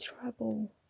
trouble